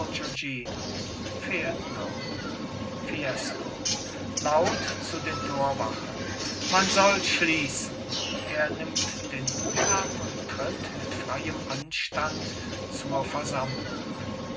bourgognino fehlt noch fiesco laut zu den torwachen man soll schließen er nimmt den hut ab und tritt mit freiem anstand zur versammlung